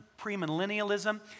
premillennialism